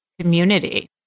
community